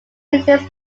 business